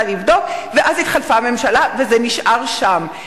לבדוק ואז התחלפה הממשלה וזה נשאר שם.